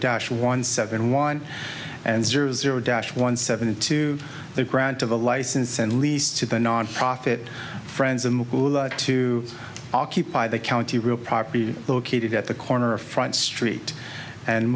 dash one seven one and zero zero dash one seven to the ground to the license and lease to the nonprofit friends a move to occupy the county real property located at the corner of front street